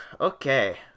Okay